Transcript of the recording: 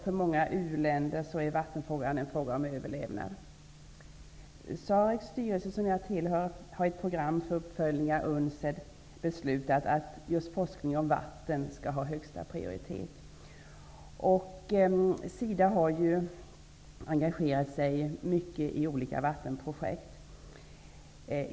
För många u-länder är vattenfrågan en fråga om överlevnad. SAREC:s styrelse, som jag tillhör, har i ett program för uppföljning av UNCSTED beslutat att just forskning om vatten skall ha högsta prioritet. SIDA har ju engagerat sig mycket i olika vattenprojekt.